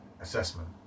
assessment